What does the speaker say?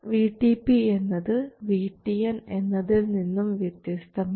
VTP എന്നത് VTN എന്നതിൽ നിന്നും വ്യത്യസ്തമാണ്